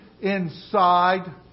inside